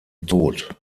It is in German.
tod